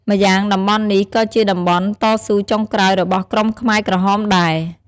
ម្យ៉ាងតំបន់នេះ ក៏ជាតំបន់តស៊ូចុងក្រោយរបស់ក្រុមខ្មែរក្រហមដែរ។